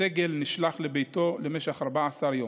והסגל נשלח לביתו למשך 14 יום.